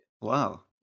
Wow